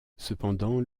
cependant